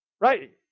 Right